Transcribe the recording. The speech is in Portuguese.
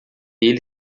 ele